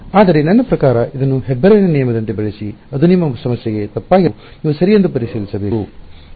ಆದರೆ ನನ್ನ ಪ್ರಕಾರ ಇದನ್ನು ಹೆಬ್ಬೆರಳಿನ ನಿಯಮದಂತೆ ಬಳಸಿ ಅದು ನಿಮ್ಮ ಸಮಸ್ಯೆಗೆ ತಪ್ಪಾಗಿರಬಹುದು ನೀವು ಸರಿ ಎಂದು ಪರಿಶೀಲಿಸಬೇಕು